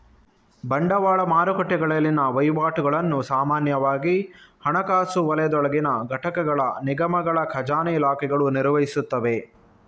ಬಂಡವಾಳ ಮಾರುಕಟ್ಟೆಗಳಲ್ಲಿನ ವಹಿವಾಟುಗಳನ್ನು ಸಾಮಾನ್ಯವಾಗಿ ಹಣಕಾಸು ವಲಯದೊಳಗಿನ ಘಟಕಗಳ ನಿಗಮಗಳ ಖಜಾನೆ ಇಲಾಖೆಗಳು ನಿರ್ವಹಿಸುತ್ತವೆ